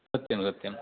सत्यं सत्यम्